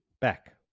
back